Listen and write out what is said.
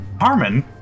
Harmon